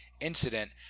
incident